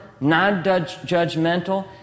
non-judgmental